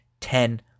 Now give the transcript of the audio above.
ten